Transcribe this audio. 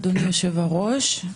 אדוני היושב-ראש,